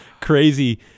crazy